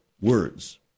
words